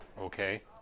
Okay